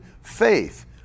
faith